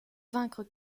vaincre